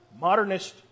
modernist